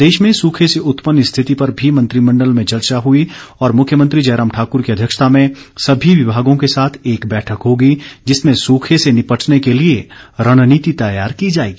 प्रदेश में सूखे से उत्पन्न स्थिति पर भी मंत्रिमण्डल में चर्चा हुई और मुख्यमंत्री जयराम ठाकुर की अध्यक्षता में सभी विभागों को साथ एक बैठक होगी जिसमें सूखे से निपटने के लिए रणनीति तैयार की जाएगी